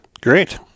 Great